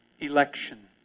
election